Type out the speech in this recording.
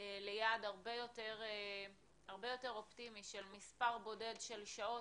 ליעד הרבה יותר אופטימי של מספר בודד של שעות,